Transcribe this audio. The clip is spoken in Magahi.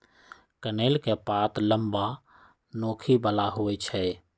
कनइल के पात लम्मा, नोखी बला होइ छइ